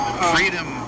Freedom